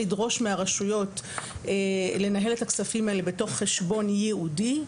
לדרוש מהרשויות לנהל את הכספים האלה בתוך חשבון ייעודי,